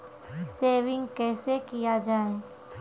Saving कैसै किया जाय?